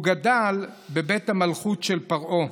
הוא גדל בבית המלכות של פרעה,